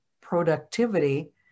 productivity